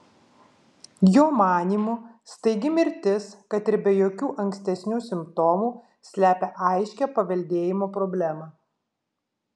jo manymu staigi mirtis kad ir be jokių ankstesnių simptomų slepia aiškią paveldėjimo problemą